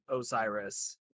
Osiris